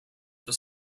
for